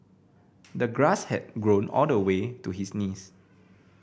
the grass had grown all the way to his knees